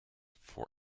for